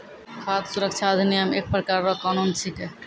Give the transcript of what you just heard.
खाद सुरक्षा अधिनियम एक प्रकार रो कानून छिकै